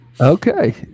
Okay